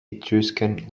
etruscan